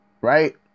right